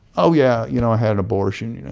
oh, yeah, you know, i had an abortion, you know.